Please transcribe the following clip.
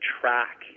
track